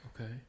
okay